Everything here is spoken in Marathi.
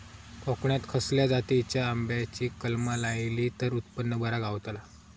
कोकणात खसल्या जातीच्या आंब्याची कलमा लायली तर उत्पन बरा गावताला?